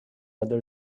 other